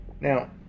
now